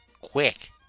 quick